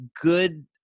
good